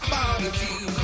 Barbecue